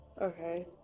Okay